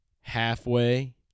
halfway